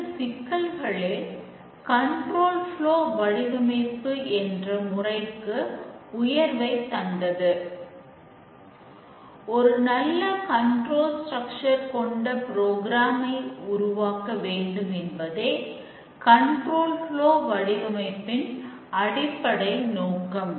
இந்த சிக்கல்களே கண்ட்ரோல்ப்லோ வடிவமைப்பின் அடிப்படை நோக்கம்